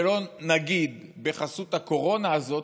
ולא נגיד שבחסות הקורונה הזאת,